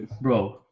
bro